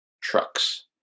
trucks